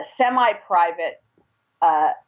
semi-private